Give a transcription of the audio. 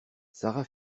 sara